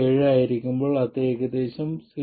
7 ആയിരിക്കുമ്പോൾ അത് ഏകദേശം 0